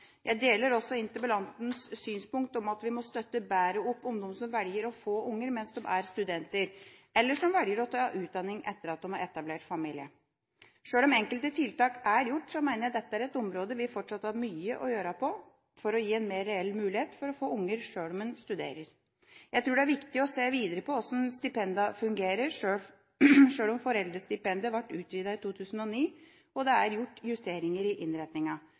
Jeg deler også interpellantens synspunkt på at vi må støtte bedre opp om dem som velger å få unger mens de er studenter, eller som velger å ta utdanning etter at de har etablert familie. Sjøl om enkelte tiltak er gjort, mener jeg dette er et område der vi fortsatt har mye å gjøre for å gi en mer reell mulighet til å få barn selv om man studerer. Jeg tror det er viktig å se videre på hvordan stipendene fungerer, sjøl om foreldrestipendet ble utvidet i 2009, og det er gjort justeringer i